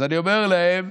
אז אני אומר להם: